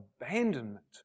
abandonment